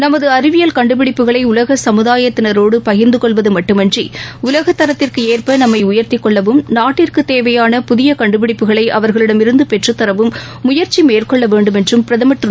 நமது அறிவியல் கண்டுபிடிப்புகளை உலக சமுதாயத்தினரோடு பகிர்ந்து கொள்வது மட்டுமின்றி உலக தரத்திற்கு ஏற்ப நம்மை உயர்த்தி கொள்ளவும் நாட்டிற்கு தேவையான புதிய கண்டுபிடிப்புகளை அவர்களிடம் மேற்கொள்ள இருந்து பெற்று தரவும் முயற்சி வேண்டும் என்றம் பிரதமர் திரு